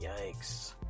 Yikes